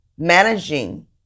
Managing